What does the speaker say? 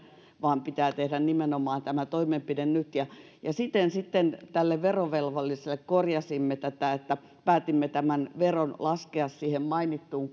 vaan pitää nimenomaan tehdä tämä toimenpide nyt siten tälle verovelvolliselle korjasimme tätä sitten niin että päätimme tämän veron laskea siihen mainittuun